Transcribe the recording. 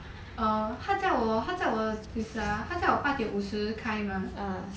err 他叫我他叫我他叫我八点五十开 mah